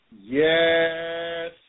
Yes